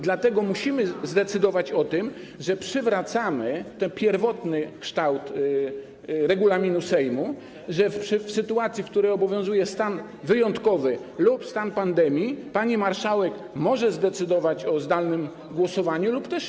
Dlatego musimy zdecydować o tym, że przywracamy ten pierwotny kształt regulaminu Sejmu, że w sytuacji, w której obowiązuje stan wyjątkowy lub stan pandemii, pani marszałek może zdecydować o zdalnym głosowaniu lub też nie.